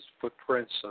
footprints